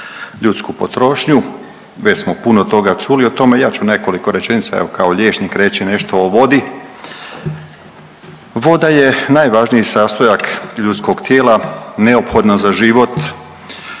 ljudsku potrošnju, već smo puno toga čuli o tome. Ja ću nekoliko rečenica evo kao liječnik reći nešto o vodi. Voda je najvažniji sastojak ljudskog tijela, neophodna za život,